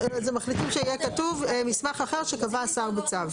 מחליטים שיהיה כתוב "מסמך אחר שקבע השר בצו".